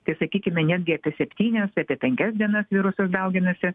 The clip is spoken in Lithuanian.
tai sakykime netgi apie septynias apie penkias dienas virusas dauginasi